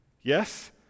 yes